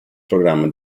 programma